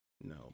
No